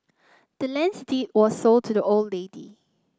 the land's deed was sold to the old lady